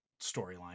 storyline